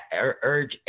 urge